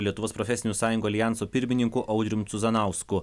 lietuvos profesinių sąjungų aljanso pirmininku audrium cuzanausku